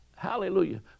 hallelujah